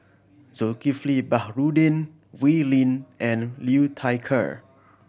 Zulkifli Baharudin Wee Lin and Liu Thai Ker